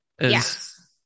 Yes